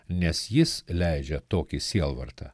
nes jis leidžia tokį sielvartą